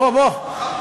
בוא, בוא.